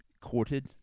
courted